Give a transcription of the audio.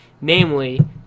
namely